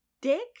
dick